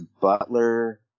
Butler